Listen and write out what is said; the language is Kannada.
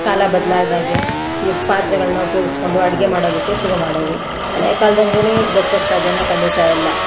ಕಾಲ ಬದಲಾದಾಗೆ ಈ ಪಾತ್ರೆಗಳನ್ನ ಉಪಯೋಗಿಸ್ಕೊಂಡು ಅಡುಗೆ ಮಾಡೋದಕ್ಕೆ ಶುರು ಮಾಡಿದ್ವಿ ಹಳೆಯ ಕಾಲದಂಗೆನೇ ಬದ್ಕೋಕೆ ಸಾಧ್ಯಾನ ಖಂಡಿತ ಇಲ್ಲ